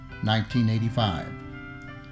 1985